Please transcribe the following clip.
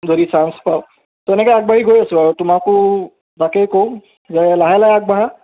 যদি চাঞ্চ পাওঁ তেনেকৈ আগবাঢ়ি গৈ আছো আৰু তোমাকো তাকেই কওঁ যে লাহে লাহে আগবাঢ়া